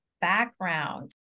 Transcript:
background